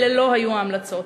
אלה לא היו ההמלצות.